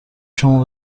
شما